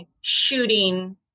shooting